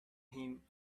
him